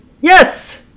Yes